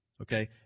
Okay